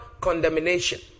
condemnation